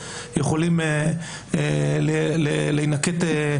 יכולים להינקט אמצעים.